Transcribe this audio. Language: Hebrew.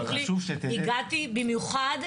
הגעתי במיוחד,